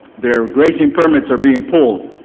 their grazing permits are being pulled.